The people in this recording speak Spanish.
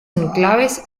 enclaves